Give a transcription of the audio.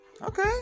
okay